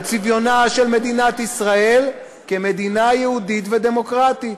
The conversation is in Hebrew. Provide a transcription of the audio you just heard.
על צביונה של מדינת ישראל כמדינה יהודית ודמוקרטית.